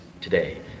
today